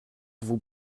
vous